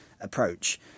approach